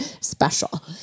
special